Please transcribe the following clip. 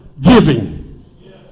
giving